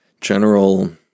general